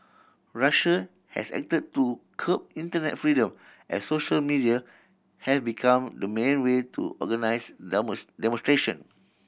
Russia has acted to curb internet freedom as social media have become the main way to organise demonstration